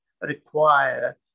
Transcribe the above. require